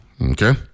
Okay